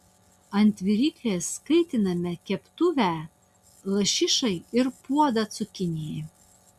ant viryklės kaitiname keptuvę lašišai ir puodą cukinijai